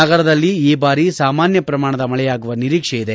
ನಗರದಲ್ಲಿ ಈ ಬಾರಿ ಸಾಮಾನ್ಯ ಪ್ರಮಾಣದ ಮಳೆಯಾಗುವ ನಿರೀಕ್ಷೆ ಇದೆ